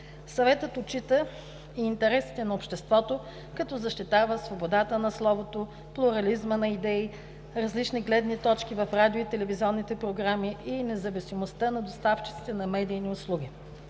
Съветът отчита интересите на обществото като защитава свободата на словото, плурализма на идеи, различни гледни точки в радио- и телевизионните програми и независимостта на доставчиците на медийни услуги.